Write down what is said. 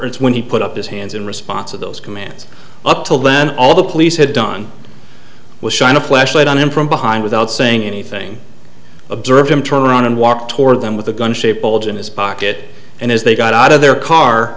it's when he put up his hands in response of those commands up to learn all the police had done was shine a flashlight on him from behind without saying anything observed him turned around and walked toward them with a gun shaped bulge in his pocket and as they got out of their car